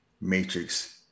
Matrix